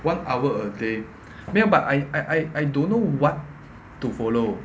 one hour a day 没有 but I I I I don't know what to follow